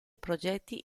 progetti